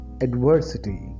adversity